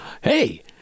hey